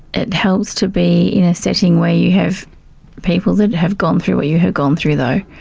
it helps to be in a setting where you have people that have gone through what you have gone through though,